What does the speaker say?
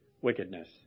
wickedness